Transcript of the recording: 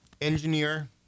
Engineer